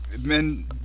men